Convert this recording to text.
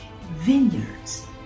Vineyards